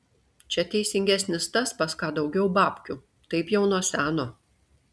čia teisingesnis tas pas ką daugiau babkių taip jau nuo seno